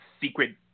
secret